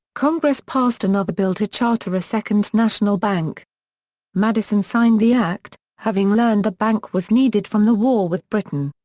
congress passed another bill to charter a second national bank madison signed the act, act, having learned the bank was needed from the war with britain.